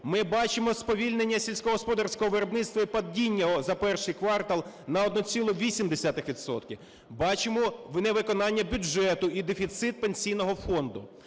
Ми бачимо сповільнення сільськогосподарського виробництва і падіння його за перший квартал на 1,8 відсотків, бачимо невиконання бюджету і дефіцит Пенсійного фонду.